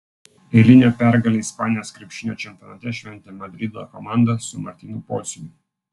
eilinę pergalę ispanijos krepšinio čempionate šventė madrido komanda su martynu pociumi